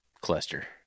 cluster